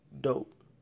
dope